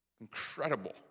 Incredible